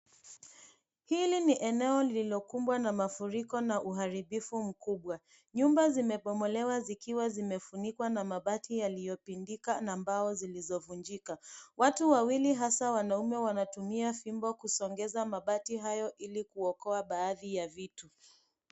Hili ni eneo lililokumbwa na mafuriko na uharibifu mkubwa. Nyumba zimebomolewa zikiwa zimefunikwa na mabati yaliyopindika na mbao zilizovunjika. Watu wawili hasa wanaume wanatumia fimbo kusongeza mabati hayo ili kuokoa baadhi ya vitu.